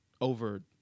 over